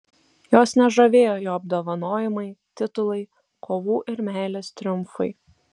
jos nežavėjo jo apdovanojimai titulai kovų ir meilės triumfai